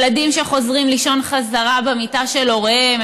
ילדים חוזרים לישון חזרה במיטה של הוריהם.